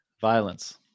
Violence